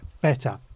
better